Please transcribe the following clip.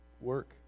work